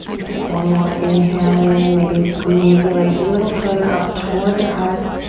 and take one more inhale in. maybe you squeeze the legs a little further up towards your heart.